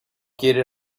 quiere